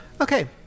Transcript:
okay